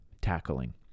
tackling